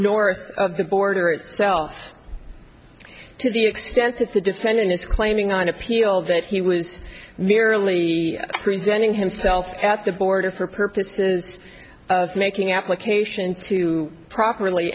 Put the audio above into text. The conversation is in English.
north of the border itself to the extent that the defendant is claiming on appeal that he was merely presenting himself at the border for purposes of making application to properly